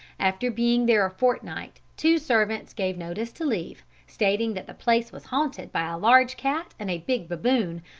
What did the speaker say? after being there a fortnight two servants gave notice to leave, stating that the place was haunted by a large cat and a big baboon,